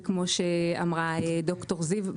וכמו שאמרה ד"ר זיו,